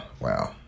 Wow